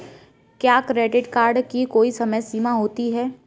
क्या credit card की कोई समय सीमा होती है?